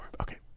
okay